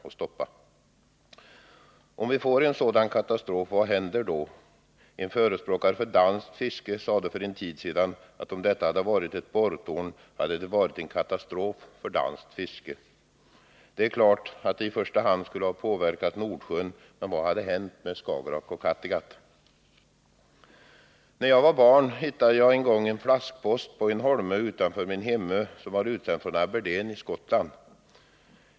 Vad händer om vi får en sådan katastrof? En förespråkare för danskt fiske sade för en tid sedan att om detta hade varit ett borrtorn hade det varit en katastrof för danskt fiske. Det är klart att det i första hand skulle ha påverkat fisket i Nordsjön. Men vad hade hänt med Skagerack och Kattegatt? När jag var barn hittade jag en gång en flaskpost på en holme utanför min hemö. Den var utsänd från Aberdeen i Skottland.